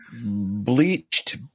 bleached